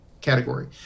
category